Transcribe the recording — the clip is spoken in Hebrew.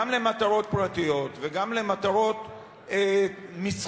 גם למטרות פרטיות וגם למטרות מסחריות,